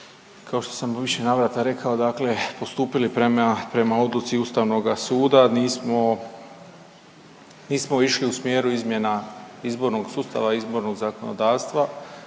kao što sam u više navrata rekao, dakle postupili prema, prema odluci Ustavnoga suda, nismo, nismo ušli u smjeru izmjena izbornog sustava, izbornog zakonodavstva